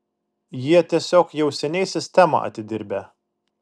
jie tiesiog jau seniai sistemą atidirbę